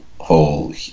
whole